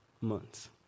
months